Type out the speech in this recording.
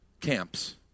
camps